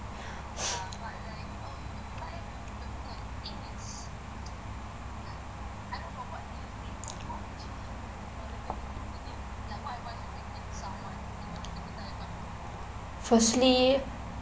firstly